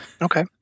Okay